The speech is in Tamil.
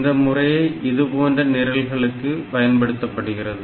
இந்த முறையே இதுபோன்ற நிரல்களுக்கு பயன்படுத்தப்படுகிறது